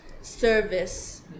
service